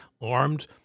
armed